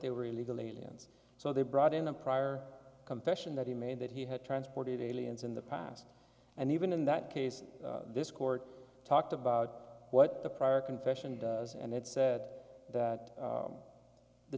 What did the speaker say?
they were illegal aliens so they brought in a prior confession that he made that he had transported aliens in the past and even in that case this court talked about what the prior confession is and it said that